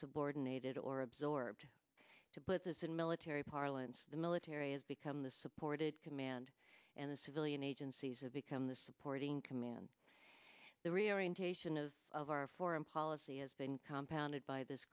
subordinated or absorbed to put this in military parlance the military has become the supported command and the civilian agencies have become the supporting command the reorientation of of our foreign policy has been compounded by this